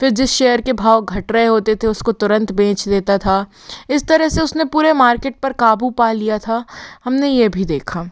फिर जिस शेयर के भाव घट रहे होते थे उसको तुरंत बेच देता था इस तरह से उस ने पूरे मार्केट पर क़ाबू पा लिया था हम ने ये भी देखा